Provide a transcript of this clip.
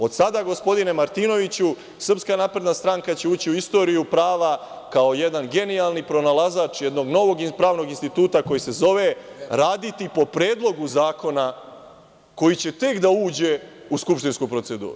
Od sada, gospodine Martinoviću, SNS će ući u istoriju prava kao jedan genijalni pronalazač jednog novog pravnog instituta koji se zove – raditi po predlogu zakona koji će tek da uđe u skupštinsku proceduru.